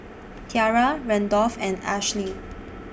Tiarra Randolph and Ashely